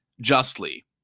justly